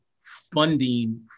funding